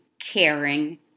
caring